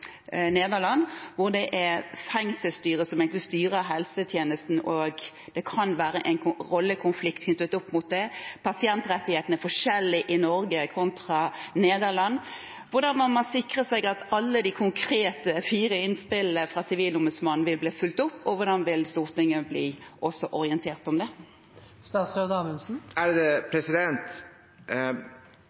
det er organisert i Nederland, hvor det egentlig er fengselsstyret som styrer helsetjenesten. Pasientrettighetene er forskjellige i Norge kontra i Nederland. Hvordan sikrer man seg at alle de fire, konkrete innspillene fra Sivilombudsmannen blir fulgt opp, og hvordan vil Stortinget bli orientert om